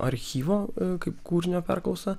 archyvo kaip kūrinio perklausą